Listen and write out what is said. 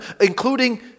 including